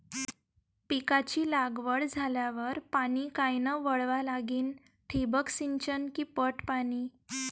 पिकाची लागवड झाल्यावर पाणी कायनं वळवा लागीन? ठिबक सिंचन की पट पाणी?